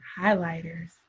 highlighters